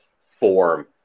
form